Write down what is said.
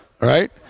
Right